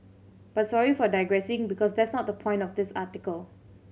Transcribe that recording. but sorry for digressing because that's not the point of this article